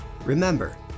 Remember